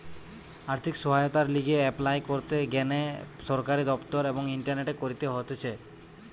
আর্থিক সহায়তার লিগে এপলাই করতে গ্যানে সরকারি দপ্তর এবং ইন্টারনেটে করতে হতিছে